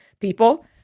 people